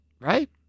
right